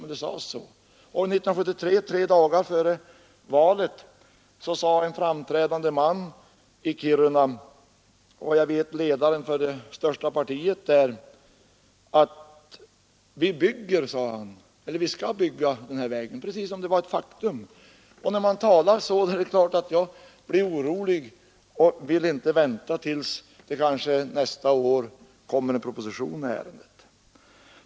Tre dagar före valet 1973 sade en framträdande man i Kiruna — ledaren för det största partiet där — ”vi skall bygga den här vägen”. Han sade det precis som om det var ett faktum. När man talar så, är det klart att jag blir orolig och inte vill vänta tills — kanske nästa år — det kommer en proposition om saken.